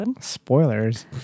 Spoilers